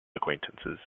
acquaintances